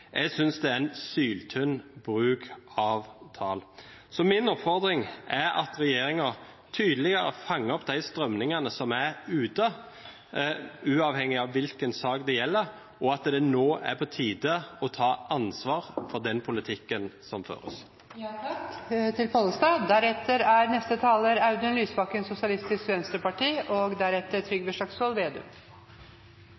Jeg synes det er en syltynn bruk av tall. Min oppfordring er at regjeringen tydelig fanger opp de strømningene som er ute, uavhengig av hvilken sak det gjelder, og at det nå er på tide å ta ansvar for den politikken som